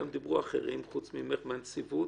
גם דיברו אחרים חוץ ממך מהנציבות,